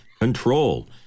control